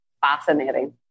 fascinating